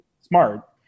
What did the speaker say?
smart